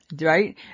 Right